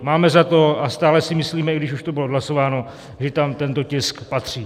Máme za to a stále si myslíme, když už to bylo odhlasováno, že tam tento tisk patří.